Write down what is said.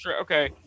okay